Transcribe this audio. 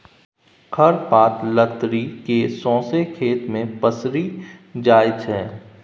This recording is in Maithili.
खर पात लतरि केँ सौंसे खेत मे पसरि जाइ छै